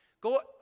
Go